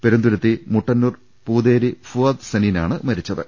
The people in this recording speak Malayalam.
പെരുന്തിരുത്തി മുട്ടന്നൂർ പൂതേരി ഫുആദ് സനീൻ ആണ് മരിച്ചത്